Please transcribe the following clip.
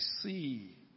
see